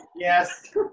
Yes